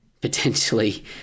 potentially